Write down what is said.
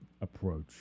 approach